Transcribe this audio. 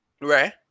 Right